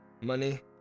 money